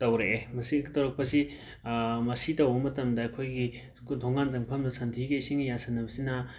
ꯇꯧꯔꯛꯑꯦ ꯃꯁꯤ ꯇꯧꯔꯛꯄꯁꯤ ꯃꯁꯤ ꯇꯧꯕ ꯃꯇꯝꯗ ꯑꯩꯈꯣꯏꯒꯤ ꯈꯨ ꯊꯣꯡꯒꯥꯟ ꯆꯪꯐꯝꯗ ꯁꯟꯊꯤꯒ ꯏꯁꯤꯡꯒ ꯌꯥꯁꯤꯟꯅꯕꯁꯤꯅ